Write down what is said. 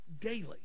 daily